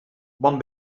bon